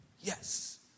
yes